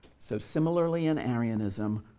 so similarly in arianism,